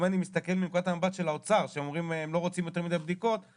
אם אני מסתכל מנקודת המבט של האוצר שלא רוצה יותר מידי בדיקות,